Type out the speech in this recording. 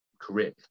career